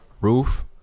roof